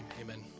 amen